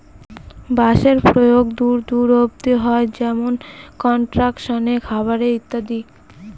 বাঁশের প্রয়োগ দূর দূর অব্দি হয় যেমন হয় কনস্ট্রাকশনে, খাবারে ইত্যাদি